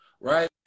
Right